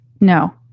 No